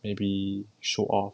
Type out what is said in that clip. maybe show off